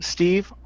Steve